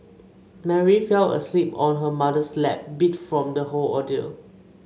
Mary fell asleep on her mother's lap beat from the whole ordeal